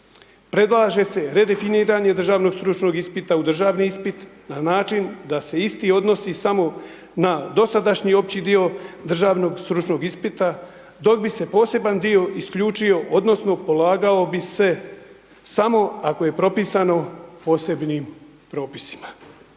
Prelaže se rederiniranje državnog stručnog ispita u državni ispit, na način, da se isti odnosi samo na dosadašnji opći dio državnog stručnog ispita, dok bi se poseban dio isključio, odnosno, polagao bi se samo ako je propisano posebnim propisima.